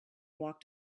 walked